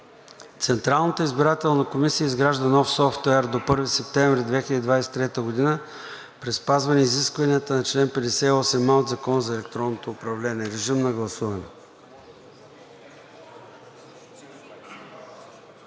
„Централната избирателна комисия изгражда нов софтуер до 1 септември 2023 г. при спазване изискванията на чл. 58а от Закона за електронното управление“. Режим на гласуване.